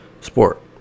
sport